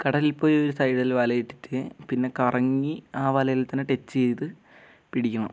കടലിൽ പോയി ഒരു സൈഡിൽ വല ഇട്ടിട്ട് പിന്നെ കറങ്ങി ആ വലയിൽ തന്നെ ടച്ച് ചെയ്ത് പിടിക്കണം